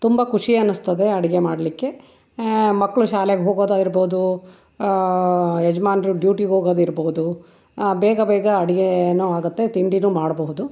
ತುಂಬ ಖುಷಿ ಅನ್ನಿಸ್ತದೆ ಅಡುಗೆ ಮಾಡಲಿಕ್ಕೆ ಮಕ್ಕಳು ಶಾಲೆಗೆ ಹೋಗೋದು ಆಗಿರ್ಬೋದು ಯಜಮಾನ್ರು ಡ್ಯೂಟಿಗೆ ಹೋಗೋದು ಇರಬಹುದು ಬೇಗ ಬೇಗ ಅಡುಗೆನೂ ಆಗುತ್ತೆ ತಿಂಡಿನೂ ಮಾಡಬಹುದು